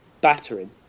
battering